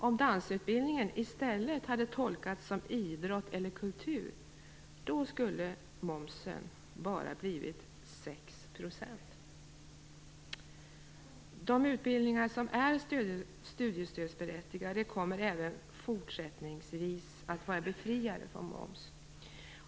Om dansutbildningen i stället hade tolkats som idrott eller kultur skulle momsen bara blivit De utbildningar som är studiestödsberättigade kommer även fortsättningsvis att vara befriade från moms.